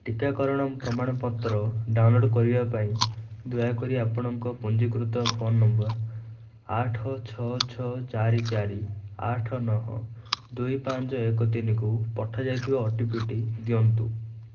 ଟିକାକରଣ ପ୍ରମାଣପତ୍ର ଡାଉନଲୋଡ଼୍ କରିବା ପାଇଁ ଦୟାକରି ଆପଣଙ୍କର ପଞ୍ଜୀକୃତ ଫୋନ୍ ନମ୍ବର୍ ଆଠ ଛଅ ଛଅ ଚାରି ଚାରି ଆଠ ନଅ ଦୁଇ ପାଞ୍ଚ ଏକ ତିନିକୁ ପଠାଯାଇଥିବା ଓଟିପିଟି ଦିଅନ୍ତୁ